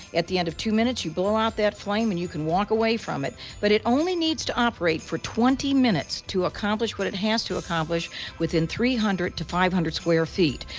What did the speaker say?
at the end of two minutes you blow out that flame and you can walk away from it, but it only needs to operate for twenty minutes to accomplish what it has to within three hundred to five hundred square feet.